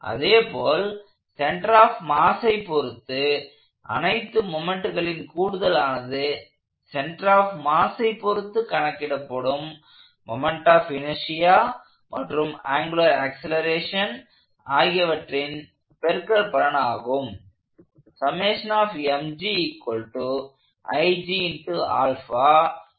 அதேபோல் centre of மாஸை பொருத்து அனைத்து மொமெண்ட்களின் கூடுதலானது சென்டர் ஆஃப் மாஸை பொருத்து கணக்கிடப்படும் மொமெண்ட் ஆஃப் இனர்ஷியா மற்றும் ஆங்குலர் ஆக்சலேரசஷன் ஆகியவற்றின் ஆகியவற்றின் பெருக்கற்பலன் ஆகும்